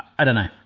i dunno.